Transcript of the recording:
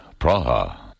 Praha